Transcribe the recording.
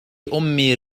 أمي